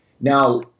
Now